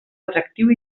atractiu